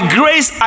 grace